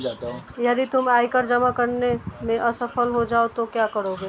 यदि तुम आयकर जमा करने में असफल हो जाओ तो क्या करोगे?